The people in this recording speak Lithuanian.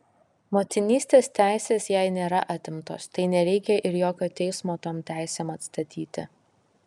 motinystės teisės jai nėra atimtos tai nereikia ir jokio teismo tom teisėm atstatyti